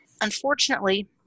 Unfortunately